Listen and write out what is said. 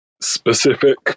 specific